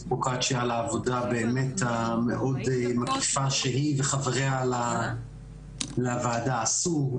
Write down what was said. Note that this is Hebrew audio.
פרוקצ'יה על העבודה הבאמת מאוד מקיפה שהיא וחבריה לוועדה עשו.